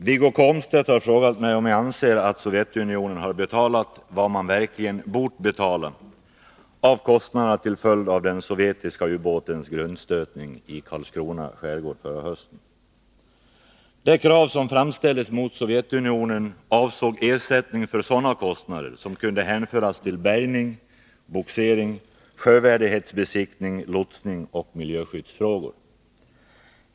Herr talman! Wiggo Komstedt har frågat mig om jag anser att Sovjetunionen har betalat vad man verkligen bort betala av kostnaderna till följd av den sovjetiska ubåtens grundstötning i Karlskrona skärgård förra hösten. Det krav som framställdes mot Sovjetunionen avsåg ersättning för sådana kostnader som kunde hänföras till bärgning, bogsering, sjövärdighetsbesiktning, lotsning och miljöskyddsfrågor.